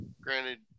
granted